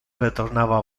retornava